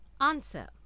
Answer